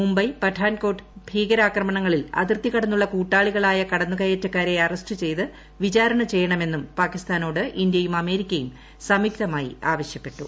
മുംബൈ പഠാൻകോട്ട് ഭീകരാക്രമണങ്ങളിൽ അതിർത്തിക്ടുന്നുള്ള കൂട്ടാളികളായ കടന്നു കയറ്റക്കാരെ അറസ്റ്റ് ചെയ്ത് വിച്ചൂരണ ചെയ്യണമെന്നും പാകിസ്ഥാനോട് ഇന്ത്യയും അമേരിക്കയും സ്ക്യുക്തമായി ആവശ്യപ്പെട്ടു